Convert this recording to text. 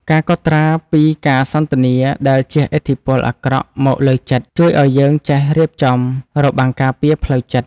ការកត់ត្រាពីការសន្ទនាដែលជះឥទ្ធិពលអាក្រក់មកលើចិត្ត ជួយឱ្យយើងចេះរៀបចំរបាំងការពារផ្លូវចិត្ត។